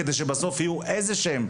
כדי שבסוף יהיו מסקנות כלשהן,